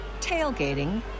tailgating